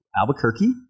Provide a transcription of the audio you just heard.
Albuquerque